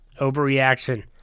Overreaction